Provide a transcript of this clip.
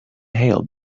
hailed